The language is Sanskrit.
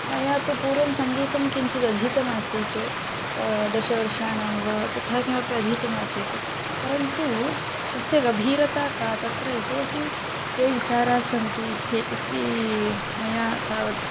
मया तु पूर्वं सङ्गीतं किञ्चिदधीतमासीत् दशवर्षाणां वा तथा किमपि अधीतम् आसीत् परन्तु तस्य गभीरता का तत्र इतोपि के विचाराः सन्ति इत्येव इति मया तावत्